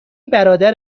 برادر